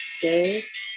days